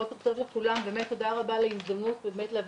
אני חייבת לומר בכנות שהאיתור מרחוק לא